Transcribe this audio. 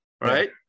right